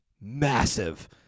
massive